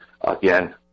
again